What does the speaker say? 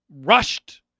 rushed